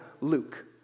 Luke